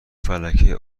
فلکه